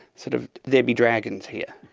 sort of there be dragons here,